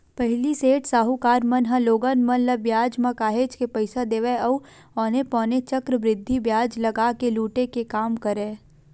पहिली सेठ, साहूकार मन ह लोगन मन ल बियाज म काहेच के पइसा देवय अउ औने पौने चक्रबृद्धि बियाज लगा के लुटे के काम करय